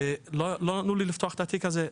ולא נתנו לי לפתוח את התיק הזה.